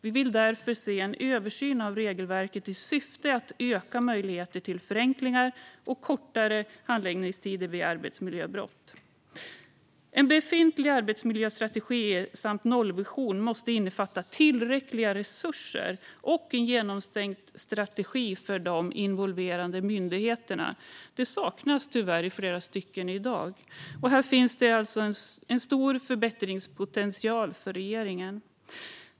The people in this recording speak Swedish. Vi vill därför se en översyn av regelverket i syfte att öka möjligheten till förenklingar och kortare handläggningstider vid arbetsmiljöbrott. En befintlig arbetsmiljöstrategi och en nollvision måste innefatta tillräckliga resurser och en genomtänkt strategi för de involverade myndigheterna. Detta saknas tyvärr i flera stycken i dag. Här finns alltså stor förbättringspotential för regeringen.